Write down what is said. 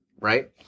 right